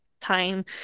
time